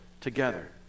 together